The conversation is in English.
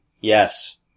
Yes